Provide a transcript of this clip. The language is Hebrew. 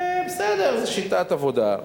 ובסדר, זו שיטת עבודה.